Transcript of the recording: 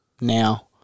now